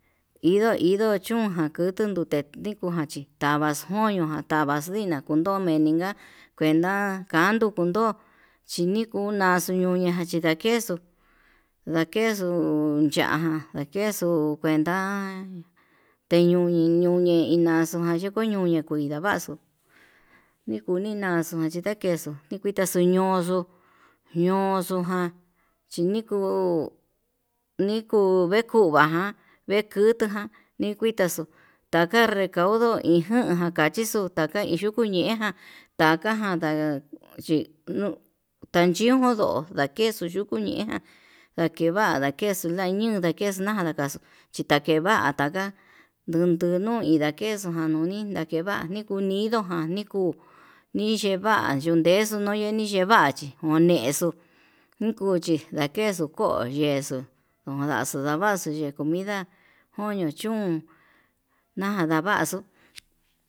Indo indo chún ján kutu nrute ndikon ján chí tavax nuñujan tavaxnina, nomeninga kuenta kán ndukundu chinikuñaxu ñuñaján ndakexu ndakexu ya'á ján queso kuenta teño'o niñuñe ina xujan ndiko ñuñe, kundavaxu nikuini naxujan kendakexu nikuita xuñoxo ñoxo ján xhiniku niku nikueva ján vekutuján, kuitaxu taka nrekaudo iin jan jan kachixu tukuñeján najan chi nuu kuchintundó, ndakexuu yuku ñeján ndakeva ndakexu ndañu ndakexu naján nakaxu xhita ke va'a takava ndundu nguu nindakexu nuni ndakeva'a nikundinu ján nikuu niyeva nundexu nuu ye'e niyexi onexuu nikuuchi ndakexu ko'o yexuu undaxu ndavaxu xuu ye'e comida koño chún na'a ndavaxuu.